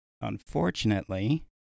Unfortunately